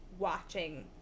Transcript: Watching